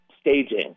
staging